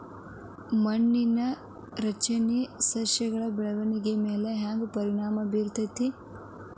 ಮಣ್ಣಿನ ರಚನೆ ಸಸ್ಯದ ಬೆಳವಣಿಗೆ ಮ್ಯಾಲೆ ಹ್ಯಾಂಗ್ ಪರಿಣಾಮ ಬೇರತೈತ್ರಿ?